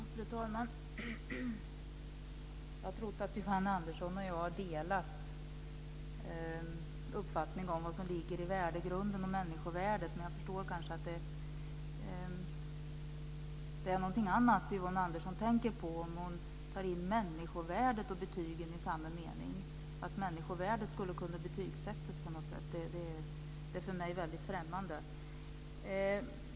Fru talman! Jag har trott att Yvonne Andersson och jag har delat uppfattning om vad som ligger i värdegrunden och människovärdet, men jag förstår att det är någonting annat som Yvonne Andersson tänker på när hon tar in människovärdet och betygen i samma mening. Att människovärdet skulle kunna betygssättas på något sätt är väldigt främmande för mig.